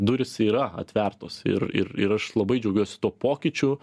durys yra atvertos ir ir ir aš labai džiaugiuos tuo pokyčiu